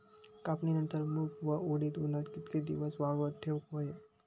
कापणीनंतर मूग व उडीद उन्हात कितके दिवस वाळवत ठेवूक व्हये?